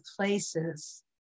places